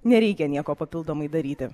nereikia nieko papildomai daryti